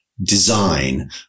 design